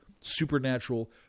supernatural